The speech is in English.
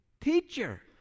Teacher